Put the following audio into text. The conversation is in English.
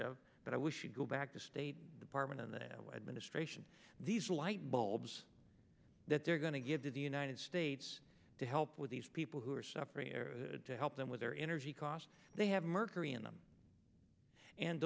but i wish you'd go back to state department and the administration these light bulbs that they're going to give to the united states to help with these people who are suffering to help them with their energy costs they have mercury in them and